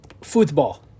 Football